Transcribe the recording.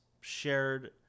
shared